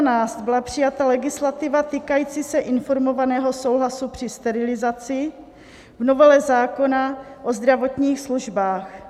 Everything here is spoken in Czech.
V roce 2012 byla přijata legislativa týkající se informovaného souhlasu při sterilizaci v novele zákona o zdravotních službách.